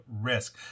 risk